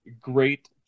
great